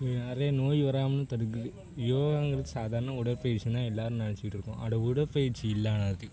இப்போ நிறைய நோய் வராமையும் தடுக்குது யோகாங்கிறது சாதாரண உடற்பயிற்சின்தான் எல்லோரும் நினச்சிக்கிட்ருக்கோம் அது உடற்பயிற்சி இல்லை ஆனால் அது